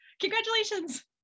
congratulations